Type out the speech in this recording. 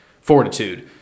fortitude